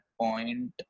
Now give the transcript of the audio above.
point